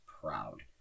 proud